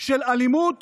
של אלימות